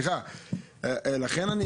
לכן,